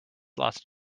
lost